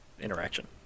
Interaction